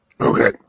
Okay